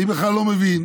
אני בכלל לא מבין